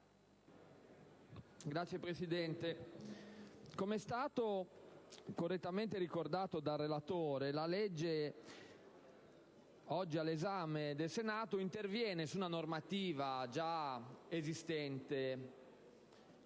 come è stato correttamente ricordato dal relatore, il disegno di legge oggi all'esame del Senato interviene su una normativa già esistente,